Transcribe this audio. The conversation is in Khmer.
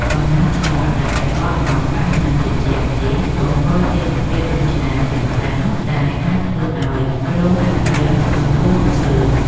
កម្លាំងខ្យល់ដែលបក់មកប៉ះនឹងជញ្ជាំងផ្ទះបង្កជាសម្ពាធរុញច្រានយ៉ាងខ្លាំងដែលអាចធ្វើឱ្យគ្រោងអគាររង្គោះរង្គើ។